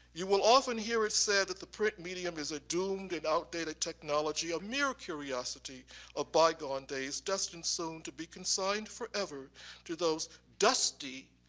you will often hear it said that the print medium is a doomed and outdated technology, a mere curiosity of bygone days just so to be consigned forever to those dusty,